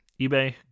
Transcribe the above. eBay